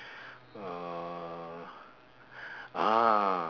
uh ah